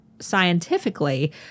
Scientifically